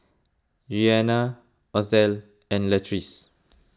Rianna Othel and Latrice